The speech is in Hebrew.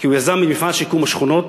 הוא יזם את מפעל שיקום שכונות,